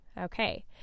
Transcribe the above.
Okay